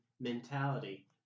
mentality